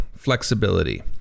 flexibility